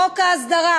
חוק ההסדרה,